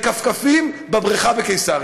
בכפכפים בבריכה בקיסריה.